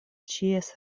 ĉies